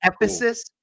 Ephesus